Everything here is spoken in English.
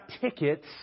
tickets